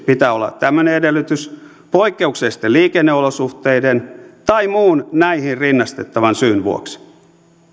pitää olla tämmöinen edellytys poikkeuksellisten liikenneolosuhteiden tai muun näihin rinnastettavan syyn vuoksi